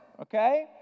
okay